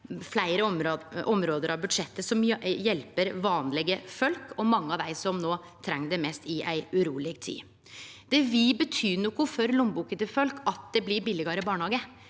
fleire område av budsjettet som hjelper vanlege folk og mange av dei som no treng det mest i ei uroleg tid. Det vil bety noko for lommeboka til folk at det blir billegare barnehage.